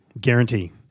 guarantee